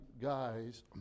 guys